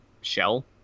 shell